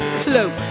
cloak